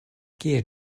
kie